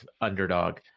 underdog